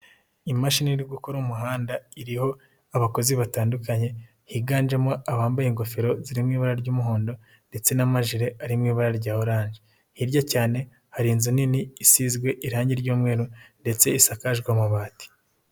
Imashini iri gukora umuhanda iriho abakozi batandukanye higanjemo abambaye ingofero ziri mu ibara ry'umuhondo ndetse na amajile ari mu ibara rya oranje, hirya cyane hari inzu nini isizwe irangi ry'umweru ndetse isakajwe amabati.